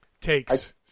takes